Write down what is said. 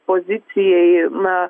pozicijai na